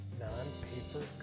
non-paper